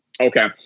Okay